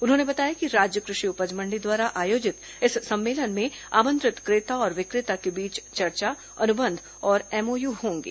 उन्होंने बताया कि राज्य कृषि उपज मण्डी द्वारा आयोजित इस सम्मेलन में आमंत्रित क्रेता और विक्रेता के बीच चर्चा अनुबंध और एमओयू भी होंगे